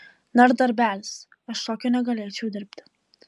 na ir darbelis aš tokio negalėčiau dirbti